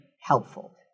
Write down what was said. helpful